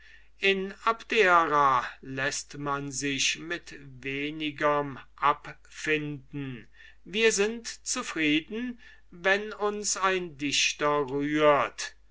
in abdera läßt man sich mit wenigerm abfinden wir sind zufrieden wenn uns ein dichter rührt